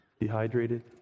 dehydrated